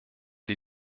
die